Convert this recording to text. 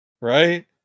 Right